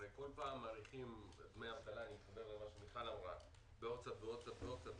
הרי כל פעם מאריכים את דמי האבטלה בעוד קצת ועוד קצת ועוד קצת.